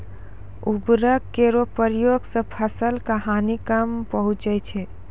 उर्वरक केरो प्रयोग सें फसल क हानि कम पहुँचै छै